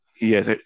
Yes